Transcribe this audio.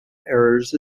errors